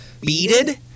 beaded